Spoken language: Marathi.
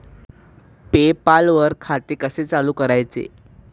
पे पाल वर खाते कसे चालु करायचे